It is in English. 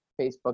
Facebook